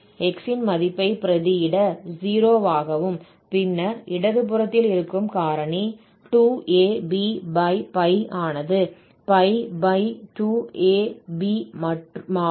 x ன் மதிப்பை பிரதியிட 0 ஆகவும் பின்னர் இடதுபுறத்தில் இருக்கும் காரணி 2ab ஆனது 2ab மாறும்